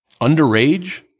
underage